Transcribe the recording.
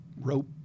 rope